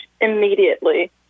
immediately